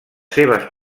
seves